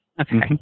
Okay